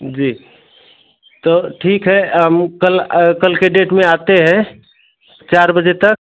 जी तो ठीक है हम कल कल की डेट में आते हैं चार बजे तक